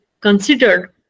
considered